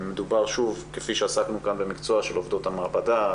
כפי שעסקנו כאן במקצוע של עובדות המעבדה,